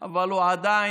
אבל הוא עדיין